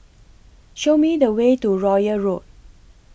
Show Me The Way to Royal Road